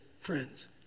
Friends